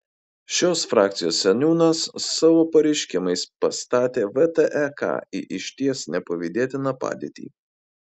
šios frakcijos seniūnas savo pareiškimais pastatė vtek į išties nepavydėtiną padėtį